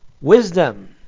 wisdom